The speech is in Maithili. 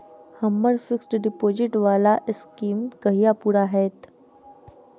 हम्मर फिक्स्ड डिपोजिट वला स्कीम कहिया पूरा हैत?